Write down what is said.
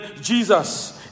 Jesus